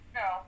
no